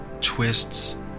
twists